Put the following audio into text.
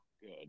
good